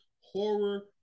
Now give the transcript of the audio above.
horror